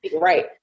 Right